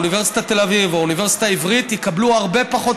אוניברסיטת תל אביב או האוניברסיטה העברית יקבלו הרבה פחות